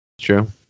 True